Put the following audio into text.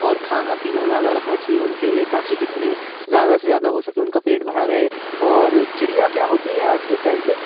और खाना पीना ज़्यादा रखना चाहिए उनके लिए ताकि जितने ज़्यादा से ज़्यादा हो सके उनका पेट भरा रहे और चिड़िया क्या होती है आज के टाइम पे